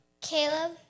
Caleb